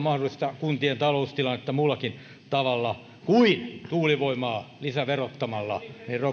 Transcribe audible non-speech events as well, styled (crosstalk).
(unintelligible) mahdollista kuntien taloustilannetta muullakin tavalla parantaa kuin tuulivoimaa lisäverottamalla